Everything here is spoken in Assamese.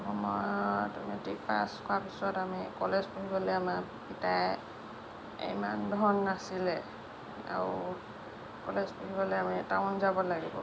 সেইটো সময়ত মেট্ৰিক পাছ কৰাৰ পিছত আমি কলেজ পঢ়িবলৈ আমাৰ পিতায়ে ইমান ধন নাছিলে আৰু কলেজ পঢ়িবলৈ আমি টাউন যাব লাগিব